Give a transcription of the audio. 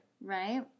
Right